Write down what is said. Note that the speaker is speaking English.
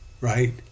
right